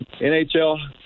NHL